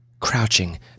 Crouching